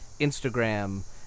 Instagram